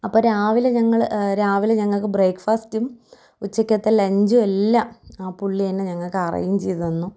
അപ്പോള് രാവിലെ ഞങ്ങള് രാവിലെ ഞങ്ങള്ക്ക് ബ്രേക്ക്ഫാസ്റ്റും ഉച്ചക്കത്തെ ലഞ്ചുമെല്ലാം ആ പുള്ളി തന്നെ ഞങ്ങള്ക്ക് അറേഞ്ചീയ്തുതന്നു